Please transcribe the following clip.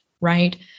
right